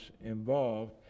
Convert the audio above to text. involved